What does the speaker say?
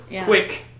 quick